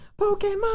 Pokemon